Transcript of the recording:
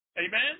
Amen